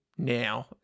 Now